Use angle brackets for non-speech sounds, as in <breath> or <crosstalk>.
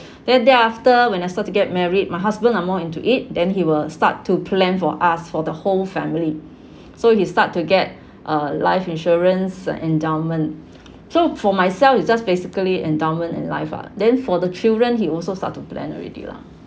that day after when I start to get married my husband are more into it than he will start to plan for us for the whole family <breath> so he start to get uh life insurance endowment so for myself it's just basically endowment and life ah then for the children he also start to plan already lah